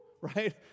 right